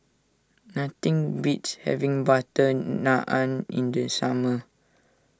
nothing beats having Butter Naan in the summer